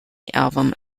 album